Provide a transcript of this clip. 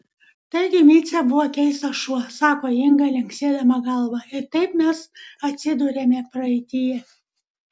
taigi micė buvo keistas šuo sako inga linksėdama galva ir taip mes atsiduriame praeityje